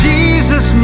Jesus